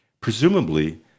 Presumably